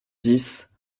dix